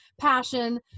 passion